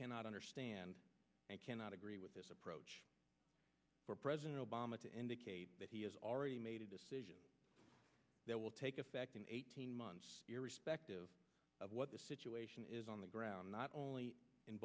cannot understand and cannot agree with this approach for president obama to indicate that he has already made a decision that will take effect in eighteen months irrespective of what the situation is on the ground not only in